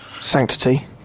sanctity